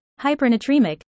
hypernatremic